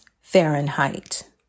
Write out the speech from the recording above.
Fahrenheit